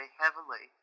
heavily